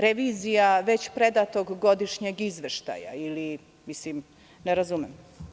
Revizija već predatog godišnjeg izveštaja ili šta, ne razumem?